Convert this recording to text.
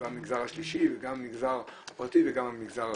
במגזר השלישי וגם במגזר הפרטי וגם במגזר